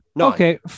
Okay